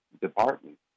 department